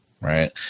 Right